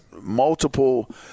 multiple –